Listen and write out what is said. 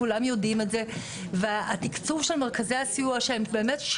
כולם יודעים את זה והתקצוב של מרכזי הסיוע שהם באמת,